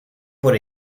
por